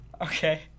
Okay